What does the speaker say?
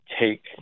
take